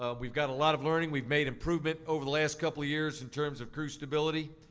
um we've got a lot of learning, we've made improvement over the last couple years in terms of crew stability.